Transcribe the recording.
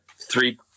three